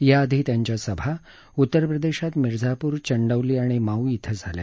याआधी त्यांच्या सभा उत्तर प्रदेशात मिर्झापूर चंडौली आणि माऊ इथं झाल्या